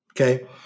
okay